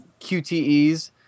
QTEs